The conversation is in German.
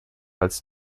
als